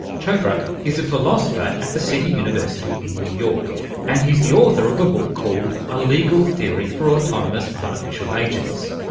chopra is a philosopher at the city university in new york and he's the author of a book called a legal theory for autonomous artificial agents.